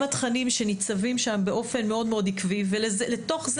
התכנים שניצבים שם באופן מאוד עקבי ולתוך,